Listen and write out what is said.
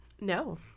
No